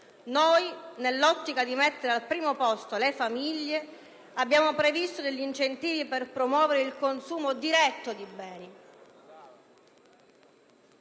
Noi, nell'ottica di mettere al primo posto le famiglie, abbiamo previsto degli incentivi per promuovere il consumo diretto di beni.